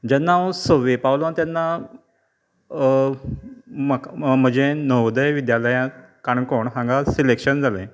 जेन्ना हांव सव्वे पावलो तेन्ना म्हाक् म्हजें नवोदय विद्द्यालयांत काणकोण हांगा सिलेक्शन जालें